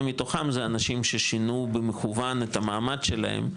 מתוכם זה אנשים ששינו במכוון את המעמד שלהם,